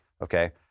Okay